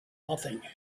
nothing